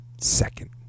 second